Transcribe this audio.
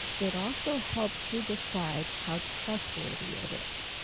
it also helps you decide how trustworthy. it is